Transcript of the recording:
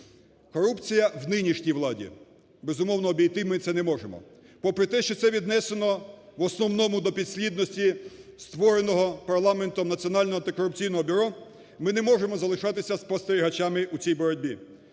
Корупція в нинішній владі. Безумовно, обійти ми це не можемо. Попри те, що це віднесено в основному до підслідності створеного парламентом Національного антикорупційного бюро, ми не можемо залишатися спостерігачами у цій боротьбі.